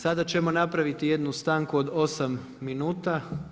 Sada ćemo napraviti jednu stanku od osam minuta.